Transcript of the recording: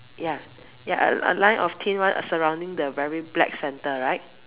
ya ya a a line of thin one surrounding the very black center right